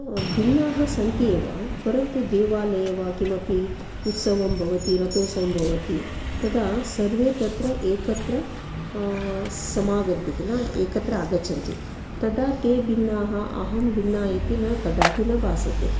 भिन्नाः सन्ति एव परन्तु देवालये वा किमपि उत्सवं भवति रथोत्सवं भवति तदा सर्वे तत्र एकत्र समागच्छन्ति किल एकत्र आगच्छन्ति तदा ते भिन्नाः अहं भिन्ना इति न कदापि न भासते